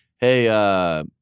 Hey